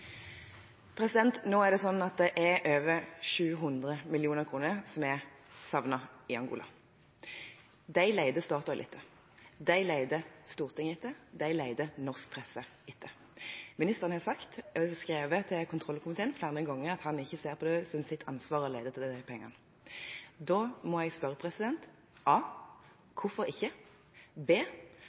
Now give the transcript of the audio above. det slik at over 700 mill. kr er savnet i Angola. Disse leter Statoil etter, disse leter Stortinget etter, disse leter norsk presse etter. Ministeren har skrevet til kontrollkomiteen flere ganger at han ikke ser det som sitt ansvar å lete etter de pengene. Da må jeg spørre: Hvorfor ikke?